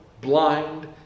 blind